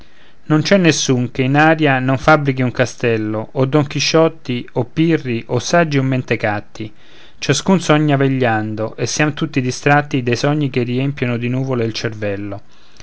non c'è nessun che in aria non fabbrichi un castello o don chisciotti o pirri o saggi o mentecatti ciascun sogna vegliando e siam tutti distratti dai sogni che riempiono di nuvole il cervello